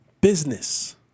business